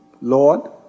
Lord